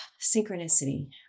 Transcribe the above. synchronicity